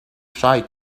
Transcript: shy